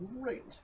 great